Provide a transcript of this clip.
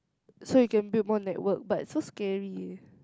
so you can build more network but it's so scary eh